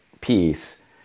piece